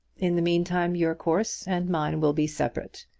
in the meantime your course and mine will be separate.